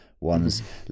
ones